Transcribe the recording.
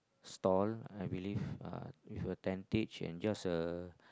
stall I believe uh with a tentage and just a